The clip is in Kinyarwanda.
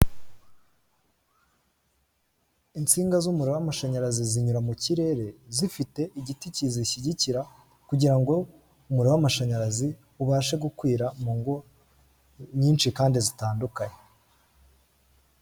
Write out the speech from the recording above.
Insinga z'umuriro w'amashanyarazi zinyura mu kirere zifite igiti kizishyigikira kugira ngo umuriro w'amashanyarazi ubashe gukwira mu ngo nyinshi kandi zitandukanye.